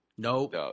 Nope